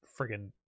friggin